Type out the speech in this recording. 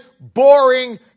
boring